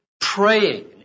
praying